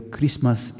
Christmas